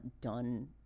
done